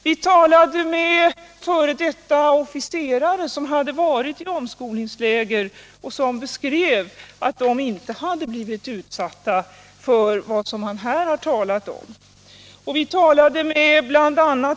Vi talade också med f. d. officerare, som hade varit på omskolningsläger och som beskrev att de inte hade blivit utsatta för vad man här har talat om.